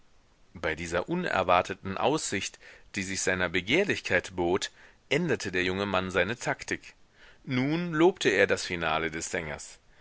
bei dieser unerwarteten aussicht die sich seiner begehrlichkeit bot änderte der junge mann seine taktik nun lobte er das finale des sängers